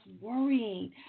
worrying